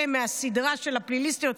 אלה מהסדרה של הפליליסטיות.